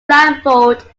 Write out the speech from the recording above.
blindfold